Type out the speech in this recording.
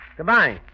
Goodbye